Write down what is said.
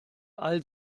all